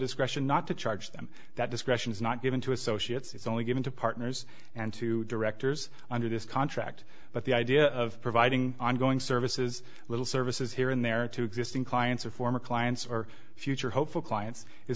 discretion not to charge them that discretion is not given to associates it's only given to partners and to directors under this contract but the idea of providing ongoing services little services here and there to existing clients or former clients or future hopeful clients is